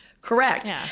Correct